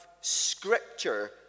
scripture